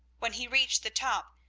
when he reached the top,